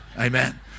Amen